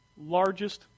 Largest